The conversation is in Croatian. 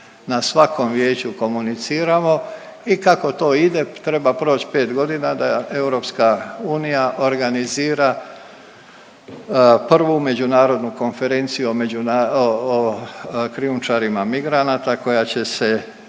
na svakom vijeću komuniciramo i kako to ide, treba proći 5 godina da EU organizira prvu međunarodnu konferenciju o .../nerazumljivo/... krijumčarima migranata koja će se